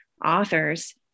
authors